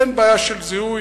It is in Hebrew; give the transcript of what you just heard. אין בעיה של זיהוי.